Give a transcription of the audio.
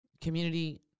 community